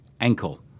ankle